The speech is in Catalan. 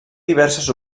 diverses